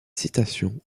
citation